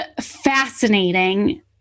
fascinating